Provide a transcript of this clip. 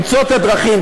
למצוא את הדרכים,